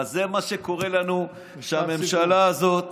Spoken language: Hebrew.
אבל זה מה שקורה לנו כשבממשלה הזאת